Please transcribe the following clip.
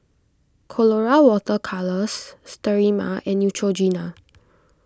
Colora Water Colours Sterimar and Neutrogena